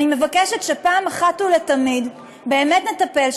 אני מבקשת שאחת ולתמיד באמת נטפל,